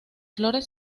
flores